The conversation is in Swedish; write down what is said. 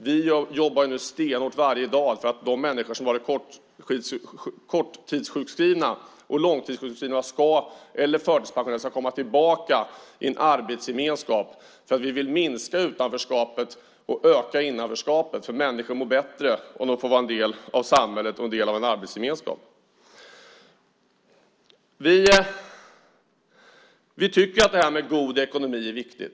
Vi jobbar nu stenhårt varje dag för att de människor som har varit korttidssjukskrivna och långtidssjukskrivna eller förtidspensionerade ska komma tillbaka i en arbetsgemenskap, för vi vill minska utanförskapet och öka "innanförskapet". Människor mår bättre om de får vara en del av samhället och en del av en arbetsgemenskap. Vi tycker att god ekonomi är viktigt.